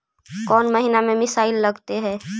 कौन महीना में मिसाइल लगते हैं?